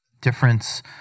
difference